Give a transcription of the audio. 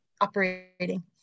operating